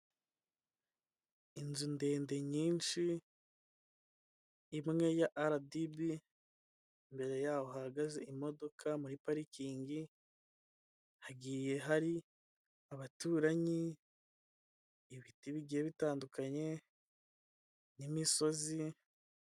Inzu ndende nyinshi, imwe ya aradibi, imbere yaho hahagaze imodoka muri parikingi, hagiye hari abaturanyi, ibiti bigiye bitandukanye, n'imisozi.